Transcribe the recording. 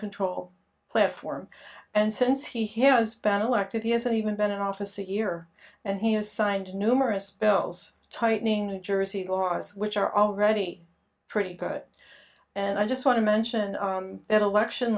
control platform and since he has been elected he hasn't even been in office it year and he has signed numerous bills tightening new jersey laws which are already pretty good and i just want to mention that election